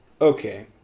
Okay